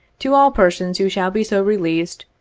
to all persons who shall be so released,